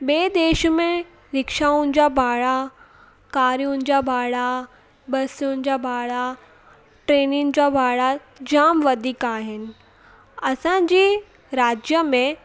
ॿिए देश में रिक्शाउनि जा भाड़ा कारियुनि जा भाड़ा बसियुनि जा भाड़ा ट्रेनियुनि जा भाड़ा जामु वधीक आहिनि असांजे राज्य में